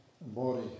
body